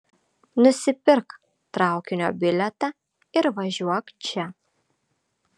nusipirk traukinio bilietą ir važiuok čia